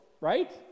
right